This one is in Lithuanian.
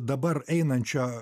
dabar einančio